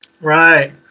Right